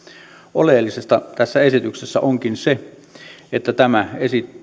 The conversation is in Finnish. oleellista tässä esityksessä onkin se että tämä